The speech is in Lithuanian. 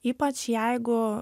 ypač jeigu